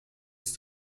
ist